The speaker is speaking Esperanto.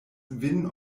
vin